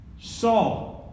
Saul